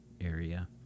area